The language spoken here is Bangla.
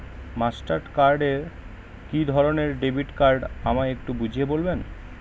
মাস্টার কার্ড কি একধরণের ডেবিট কার্ড আমায় একটু বুঝিয়ে বলবেন?